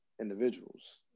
individuals